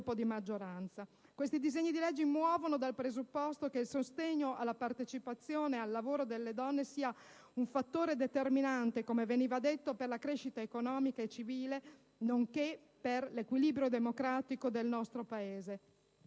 Questi disegni di legge muovono dal presupposto che il sostegno alla partecipazione al lavoro delle donne sia un fattore determinante, come veniva detto, per la crescita economica e civile, nonché per l'equilibrio democratico del nostro Paese.